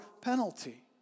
penalty